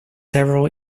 several